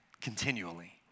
continually